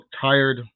tired